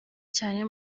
cyane